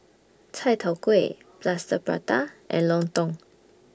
Chai Tow Kuay Plaster Prata and Lontong